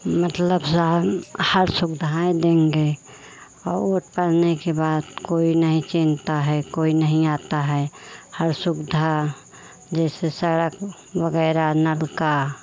मतलब सान हर सुविधाएँ देंगे और वोट पड़ने के बाद कोई नहीं चिंता है कोई नहीं आता है हर सुविधा जैसे सड़क वगैरह नल का